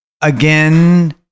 Again